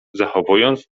zachowując